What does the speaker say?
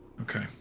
okay